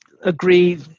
agree